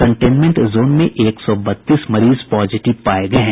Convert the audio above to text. containment zone से एक सौ बत्तीस मरीज पॉजिटिव पाये गये हैं